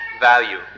value